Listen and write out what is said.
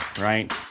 right